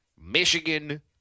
Michigan